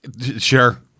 Sure